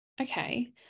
Okay